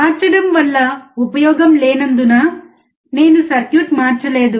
మార్చడం వల్ల ఉపయోగం లేనందున నేను సర్క్యూట్ మార్చలేదు